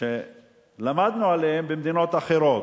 שלמדנו עליהן במדינות אחרות,